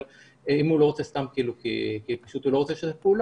אבל אם הוא לא רוצה סתם כי פשוט הוא לא רוצה לשתף פעולה,